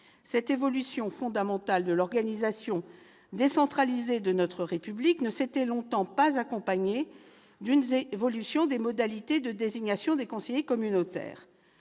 cette évolution fondamentale de l'organisation décentralisée de notre République ne s'était pas accompagnée d'une évolution des modalités de désignation des conseillers communautaires.